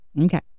okay